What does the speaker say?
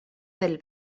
del